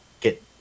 get